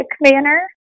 manner